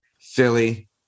Philly